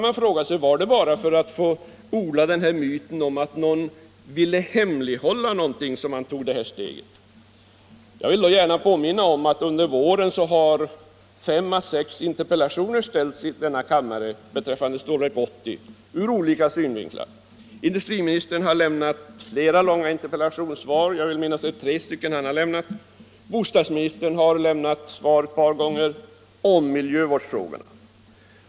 Var det bara för att få odla myten om att någon ville hemlighålla någonting som man tog detta steg? Jag vill då gärna påminna om att fem å sex interpellationer beträffande Stålverk 80 har framställts och behandiats ur olika synpunkter under våren i denna kammare. Industriministern har lämnat flera långa interpellationssvar — jag vill minnas att det är tre stycken som han har avgivit — och även bostadsministern har svarat ett par gånger i miljövårdsfrågorna.